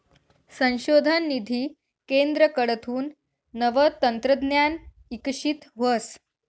संशोधन निधी केंद्रकडथून नवं तंत्रज्ञान इकशीत व्हस